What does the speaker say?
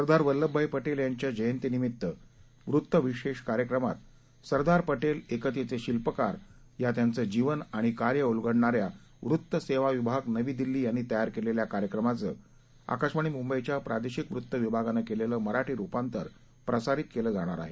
सरदार वल्लभभाई पटेल यांच्या जयंतीनिमित्त वृत्तविशेष कार्यक्रमात सरदार पटेल एकतेचे शिल्पकार या त्यांचं जीवन आणि कार्य उलगडणाऱ्या वृत्त सेवा विभाग नवी दिल्ली यांनी तयार केलेल्या कार्यक्रमाचं आकाशवाणी मुंबईच्या प्रादेशिक वृत्त विभागानं केलेलं मराठी रूपांतर प्रसारित केलं जाणार आहे